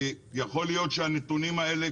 כי יכול להיות שהנתונים האלה,